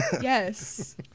Yes